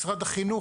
משרד החינוך,